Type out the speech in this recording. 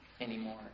anymore